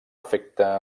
efecte